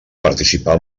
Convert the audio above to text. participar